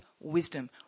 wisdom